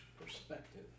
perspective